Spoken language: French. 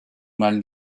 mal